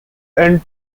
and